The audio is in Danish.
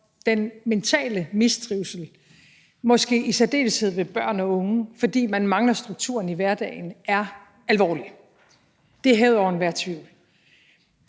den mentale mistrivsel, måske i særdeleshed hos børn og unge, fordi man mangler strukturen i hverdagen, er alvorlig. Det er hævet over enhver tvivl.